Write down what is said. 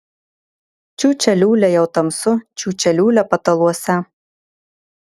čiūčia liūlia jau tamsu čiūčia liūlia pataluose